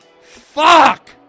fuck